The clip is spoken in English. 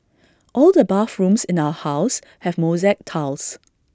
all the bathrooms in our house have mosaic tiles